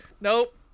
nope